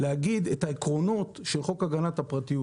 להגיד את העקרונות של חוק הגנת הפרטיות.